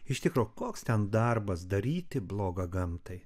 iš tikro koks ten darbas daryti bloga gamtai